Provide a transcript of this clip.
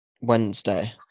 wednesday